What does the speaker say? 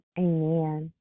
amen